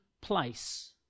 place